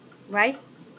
why